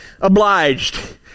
obliged